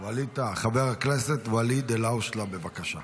חבר הכנסת ואליד אלהואשלה, בבקשה.